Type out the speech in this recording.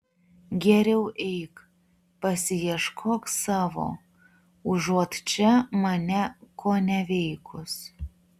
geriau eik pasiieškok savo užuot čia mane koneveikus